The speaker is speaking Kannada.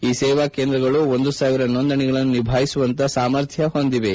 ಈ ಸೇವಾ ಕೇಂದ್ರಗಳು ಒಂದು ಸಾವಿರ ನೋಂದಣಿಗಳನ್ನು ನಿಭಾಯಿಸುವಂತಹ ಸಾಮರ್ಥ್ಯ ಹೊಂದಿವೆ